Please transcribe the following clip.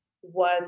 one